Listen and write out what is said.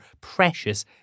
precious